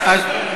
כן.